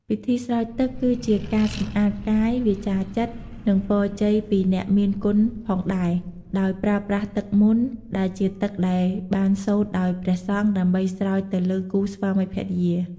ពិធីស្រោចទឹកគឺជាការសម្អាត កាយ វាចាចិត្ត និងពរជ័យពីអ្នកមានគុណផងដែរ ដោយប្រើប្រាស់ទឹកមន្ត ដែលជាទឹកដែលបានសូត្រដោយព្រះសង្ឃដើម្បីស្រោចទៅលើគូស្វាមីភរិយា។។